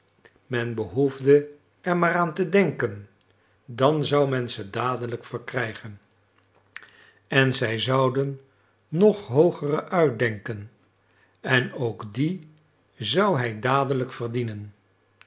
men behoefde er maar aan te denken dan zou men ze dadelijk verkrijgen en zij zouden nog hoogere uitdenken en ook die zou hij dadelijk verdienen